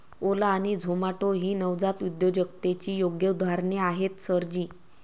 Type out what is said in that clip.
ओला आणि झोमाटो ही नवजात उद्योजकतेची योग्य उदाहरणे आहेत सर जी